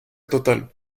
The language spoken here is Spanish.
total